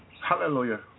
Hallelujah